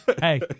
Hey